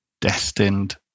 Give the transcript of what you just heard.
destined